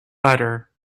butter